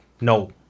no